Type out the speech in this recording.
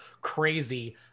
crazy